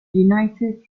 united